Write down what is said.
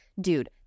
dude